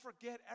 forget